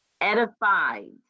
edified